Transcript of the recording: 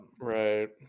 Right